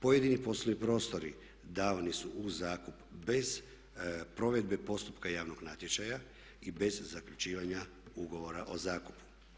Pojedini poslovni prostori davani su u zakup bez provedbe postupka javnog natječaja i bez zaključivanja ugovora o zakupu.